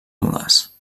molars